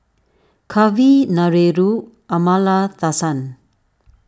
Kavignareru Amallathasan